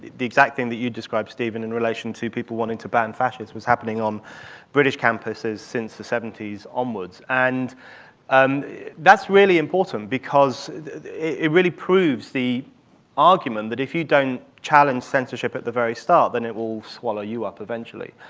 the exact thing that you described, steven, in relation to people wanting to ban fascism was happening on british campuses since the seventy s onwards. and and that's really important because it really proves the argument that if you don't challenge censorship at the very start, then it will swallow you up eventually.